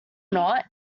not